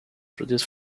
produce